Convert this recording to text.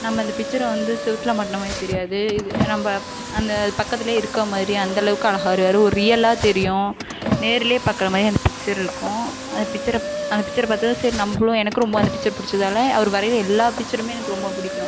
நம்ம அந்த பிச்சரை வந்து செவத்துல மாட்டின மாதிரி தெரியாது இது நம்ம அந்த பக்கத்தில் இருக்கற மாதிரி அந்த அளவுக்கு அழகாக வரைவார் ஒரு ரியலாக தெரியும் நேரில் பார்க்குற மாதிரி அந்த பிச்சர் இருக்கும் அந்த பிச்சரை அந்த பிச்சர் பார்த்தா சரி நம்மளும் எனக்கும் ரொம்ப அந்த பிச்சர் பிடிச்சதால அவர் வரைகிற எல்லா பிச்சரும் எனக்கு ரொம்ப பிடிக்கும்